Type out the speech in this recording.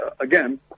again